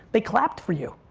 they clapped for you.